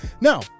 Now